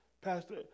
Pastor